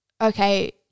okay